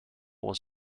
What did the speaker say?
was